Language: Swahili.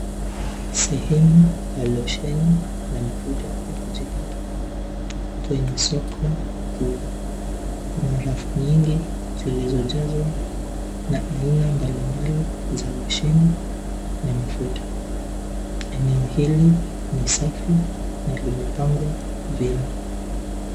Sehemu ya losheni na mafuta ya kujipaka kwenye soko kuu. Kuna rafu nyingi zilizojazwa na aina mbalimbali za losheni na mafuta. Eneo hili ni safi na limepangwa vyema.